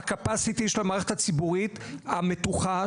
הcapacity של המערכת הציבורית המתוחה,